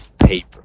paper